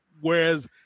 Whereas